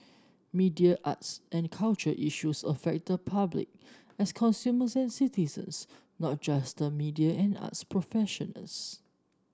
media arts and culture issues affect the public as consumers and citizens not just the media and arts professionals